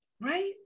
Right